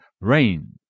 rain